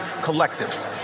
collective